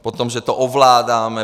Potom že to ovládáme.